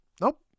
Nope